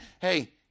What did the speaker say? Hey